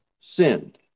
sinned